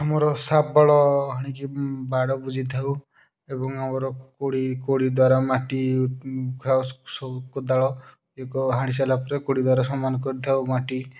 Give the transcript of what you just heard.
ଆମର ଶାବଳ ହାଣିକି ବାଡ଼ ବୁଜିଥାଉ ଏବଂ ଆମର କୋଡ଼ି କୋଡ଼ି ଦ୍ଵାରା ମାଟି କ୍ଷେୟ ସେସବୁ କୋଦାଳ ଏକ ହାଣିସାରିଲା ପରେ କୋଡ଼ି ଦ୍ୱାରା ସମାନ କରିଥାଉ ମାଟି